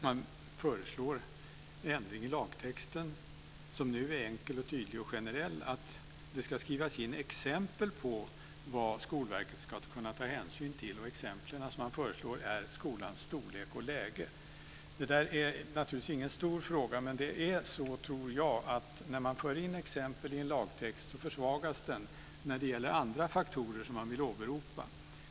Man föreslår en ändring i lagtexten, som nu är enkel, tydlig och generell, som innebär att det ska skrivas in exempel på vad Skolverket ska kunna ta hänsyn till. De exempel som man förslår är skolans storlek och läge. Detta är naturligtvis ingen stor fråga. Men jag tror att när man för in exempel i en lagtext försvagas den när det gäller andra faktorer som man vill åberopa.